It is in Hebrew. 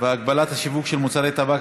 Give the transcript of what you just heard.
והגבלת השיווק של מוצרי טבק),